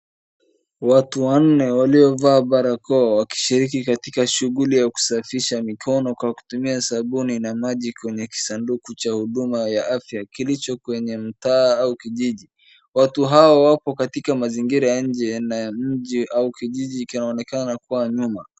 Watu wanne walioavaa barakoa wakishiriki katika shughuli ya kusafisha mikono kwa kutumia sabuni na maji kwenye kisanduku cha huduma ya afya kilicho kwenye mtaa au kijiji. Watu hawa wapo katika mazingira ya nje na mji au kijiji kinaonekana kuwa nyuma.